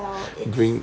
for it's